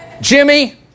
Jimmy